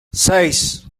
seis